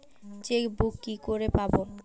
Chequebook কি করে পাবো?